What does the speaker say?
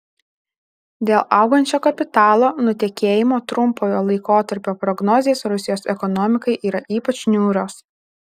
dėl augančio kapitalo nutekėjimo trumpojo laikotarpio prognozės rusijos ekonomikai yra ypač niūrios